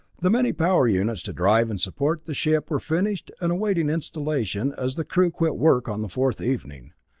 the many power units to drive and support the ship were finished and awaiting installation as the crew quit work on the fourth evening.